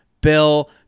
bill